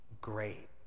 great